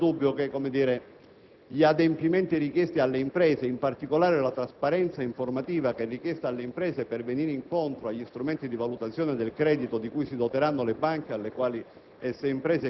quanto riguarda gli adempimenti richiesti alle imprese, si fa più severa, in particolare, la trasparenza informativa richiesta alle imprese per venire incontro agli strumenti di valutazione del credito, di cui si doteranno le banche alle quali